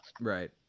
Right